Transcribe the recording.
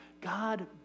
God